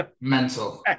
mental